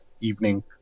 evening